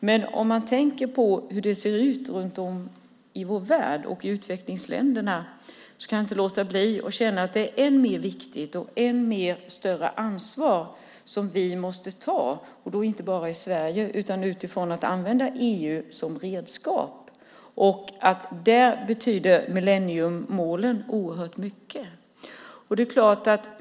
Men om man tänker på hur det ser ut runt om i vår värld och i utvecklingsländerna kan jag inte låta bli att känna att det är än mer viktigt och ett än större ansvar som vi måste ta, och då inte bara i Sverige. Vi måste använda EU som redskap. Där betyder millenniemålen oerhört mycket.